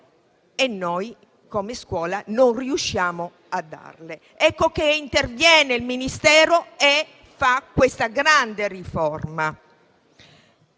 ma noi, come scuola, non riusciamo a darle. Ecco che interviene il Ministero e fa questa grande riforma.